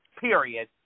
Period